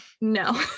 no